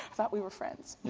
thought we were friends.